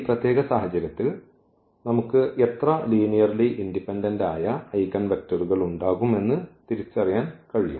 ഈ പ്രത്യേക സാഹചര്യത്തിൽ നമുക്ക് എത്ര ലീനിയർലി ഇൻഡിപെൻഡന്റ് ആയ ഐഗൻവെക്റ്ററുകൾ ഉണ്ടാകും എന്ന് നമുക്ക് തിരിച്ചറിയാൻ കഴിയും